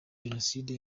jenoside